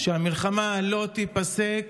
שהמלחמה לא תיפסק,